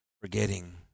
forgetting